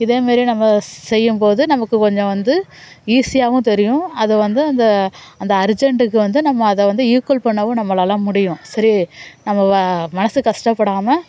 இதே மாதிரி நம்ம செய்யம்போது நமக்கு கொஞ்சம் வந்து ஈஸியாகவும் தெரியும் அது வந்து அந்த அந்த அர்ஜன்ட்டுக்கு வந்து நம்ம அதை வந்து ஈக்வல் பண்ணவும் நம்மளால் முடியும் சரி நம்ம மனது கஷ்டப்படமால்